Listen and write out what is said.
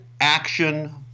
action